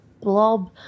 blob